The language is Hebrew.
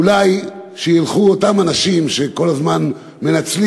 אולי שילכו אותם אנשים שכל הזמן מנצלים